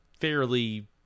fairly